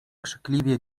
krzykliwie